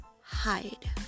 hide